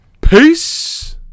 Peace